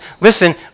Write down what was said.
listen